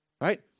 Right